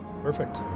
Perfect